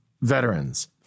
veterans—